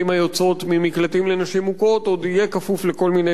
היוצאות ממקלטים לנשים מוכות עוד יהיה כפוף לכל מיני